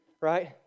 right